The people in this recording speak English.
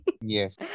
Yes